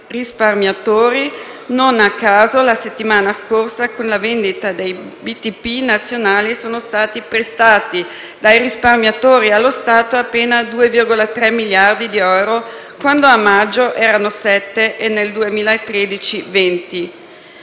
Non a caso, la settimana scorsa, con la vendita dei BTP nazionali, sono stati prestati dai risparmiatori allo Stato appena 2,3 miliardi di euro, mentre nel maggio